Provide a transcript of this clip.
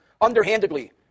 underhandedly